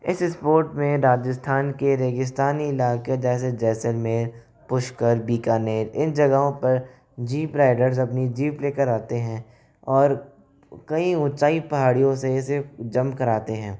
इस स्पोर्ट में राजस्थान के रेगिस्तानी इलाके जैसे जैसलमेर पुष्कर बीकानेर इन जगहों पर जीप राइडर्स अपने जीप लेकर आते हैं और कई ऊंचाई पहाड़ियों से इसे जंप कराते हैं